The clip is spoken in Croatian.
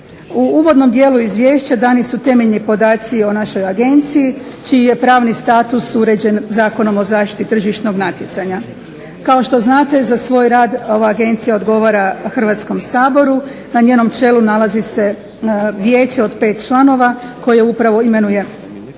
U uvodnom dijelu izvješća dani su temeljni podaci o našoj Agenciji čiji je pravni status uređen Zakonom o zaštiti natjecanja. Kao što znate za svoj rad ova Agencija odgovara Hrvatskom saboru, na njenom čelu nalazi se Vijeće od pet članova koje upravo imenuje i Hrvatski